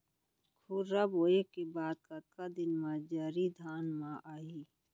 खुर्रा बोए के बाद कतका दिन म जरी धान म आही?